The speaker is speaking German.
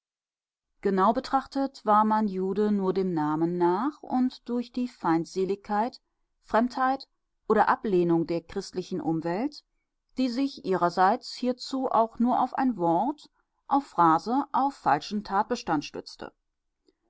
genau betrachtet war man jude nur dem namen nach und durch die feindseligkeit fremdheit oder ablehnung der christlichen umwelt die sich ihrerseits hierzu auch nur auf ein wort auf phrase auf falschen tatbestand stützte